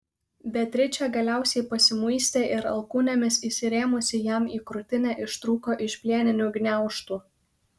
beatričė galiausiai pasimuistė ir alkūnėmis įsirėmusi jam į krūtinę ištrūko iš plieninių gniaužtų